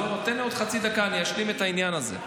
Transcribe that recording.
תן לי עוד חצי דקה, אני אשלים את העניין הזה.